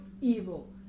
evil